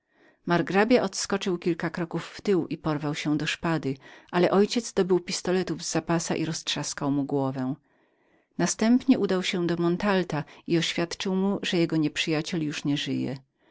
odskoczył na kilka kroków w tył i porwał się do szpady w tej chwili mój ojciec dobył pistoletów z za pasa i roztrzaskał głowę margrabiemu następnie udał się do montalto i oświadczył mu że jego nieprzyjaciel już nie żyje